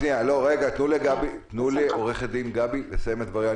תנו לעורכת הדין גבי לסיים את דבריה,